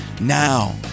now